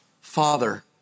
Father